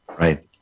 Right